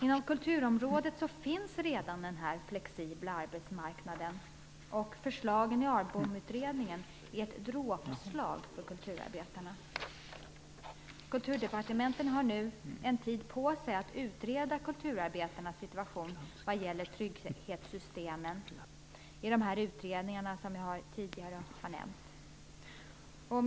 Inom kulturområdet finns redan denna flexiblare arbetsmarknad. Förslagen i ARBOM-utredningen är ett dråpslag för kulturarbetarna. Kulturdepartementet har nu en tid på sig att, i de utredningar som jag tidigare nämnde, utreda kulturarbetarnas situation vad gäller trygghetssystemen.